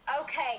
Okay